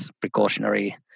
precautionary